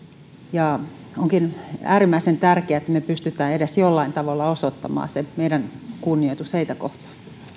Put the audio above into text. ja onkin äärimmäisen tärkeää että me pystymme edes jollain tavalla osoittamaan kunnioituksemme heitä kohtaan